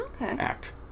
act